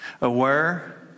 Aware